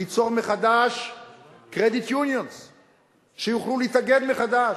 ליצור מחדש credit unions שיוכלו להתאגד מחדש.